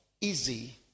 easy